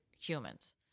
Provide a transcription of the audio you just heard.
Humans